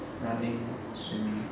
running swimming